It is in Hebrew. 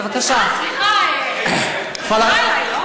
סליחה, סליחה, הוא פנה אלי, לא?